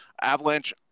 Avalanche